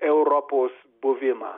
europos buvimą